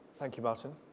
thank you martin.